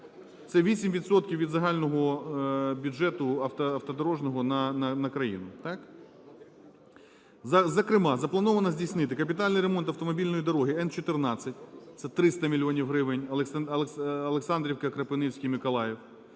від загального бюджету автодорожнього на країну. Зокрема, заплановано здійснити капітальний ремонт автомобільної дороги Н-14, це 300 мільйонів гривень, Олександрівка-Кропивницький-Миколаїв.